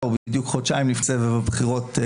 בדיוק חודשיים לפני סבב הבחירות.